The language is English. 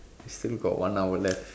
still got one hour left